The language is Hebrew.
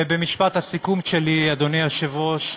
ובמשפט הסיכום שלי, אדוני היושב-ראש,